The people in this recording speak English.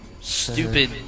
Stupid